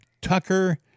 Tucker